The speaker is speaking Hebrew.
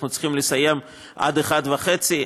אנחנו צריכים לסיים עד 13:30,